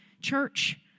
Church